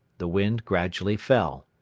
the wind gradually fell.